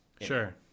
Sure